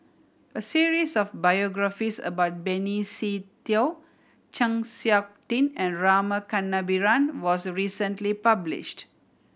a series of biographies about Benny Se Teo Chng Seok Tin and Rama Kannabiran was recently published